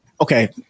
Okay